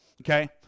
okay